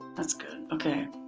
that's good. okay.